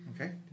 Okay